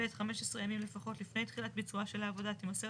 (ב) 15 ימים לפחות לפני תחילת ביצועה של העבודה תימסר